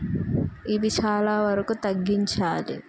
ఇవి చాలా వరకు తగ్గించాలి